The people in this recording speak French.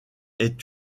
est